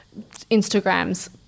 Instagram's